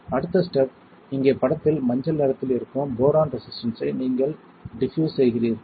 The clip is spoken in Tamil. அடுத்த ஸ்டெப் இங்கே படத்தில் மஞ்சள் நிறத்தில் இருக்கும் போரான் ரெசிஸ்டன்ஸ் ஐ நீங்கள் டிபியூஸ் செய்கிறீர்கள்